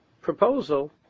proposal